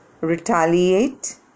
retaliate